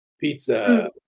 pizza